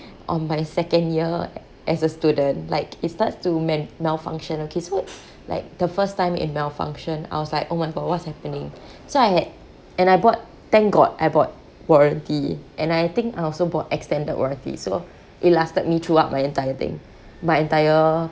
on my second year as a student like it starts to mal~ malfunction okay so like the first time it malfunctioned I was like oh my god what's happening so I and I bought thank god I bought warranty and I think I also bought extended warranty so it lasted me throughout my entire thing my entire